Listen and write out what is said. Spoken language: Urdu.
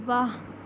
واہ